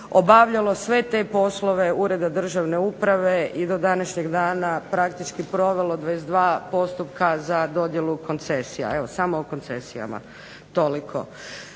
obavljalo sve te poslove Ureda državne uprave i do današnjeg dana praktički provelo 22 postupka za dodjelu koncesija. Evo samo o koncesijama. Toliko.